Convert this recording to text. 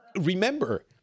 remember